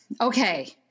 Okay